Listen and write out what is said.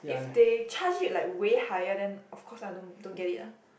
if they charge it like where higher then of course lah don't don't get it lah